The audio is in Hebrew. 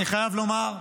אני חייב לומר,